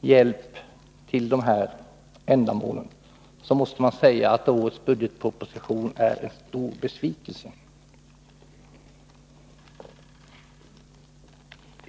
hjälp till de här ändamålen, måste man säga att årets budgetproposition är en stor besvikelse.